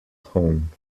home